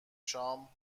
شام